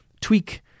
tweak